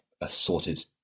assorted